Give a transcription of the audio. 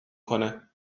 کنه